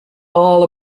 all